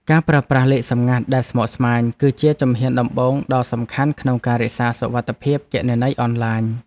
ការប្រើប្រាស់លេខសម្ងាត់ដែលស្មុគស្មាញ គឺជាជំហានដំបូងដ៏សំខាន់ក្នុងការរក្សាសុវត្ថិភាពគណនីអនឡាញ។